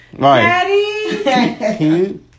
Daddy